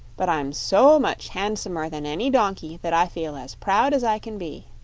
but i'm so much handsomer than any donkey that i feel as proud as i can be.